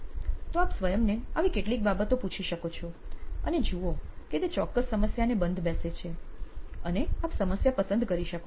તો આપ સ્વયંને આવી કેટલીક બાબતો પૂછી શકો છો અને જુઓ કે તે ચોક્કસ સમસ્યાને બંધબેસે છે અને આપ સમસ્યા પસંદ કરી શકો છો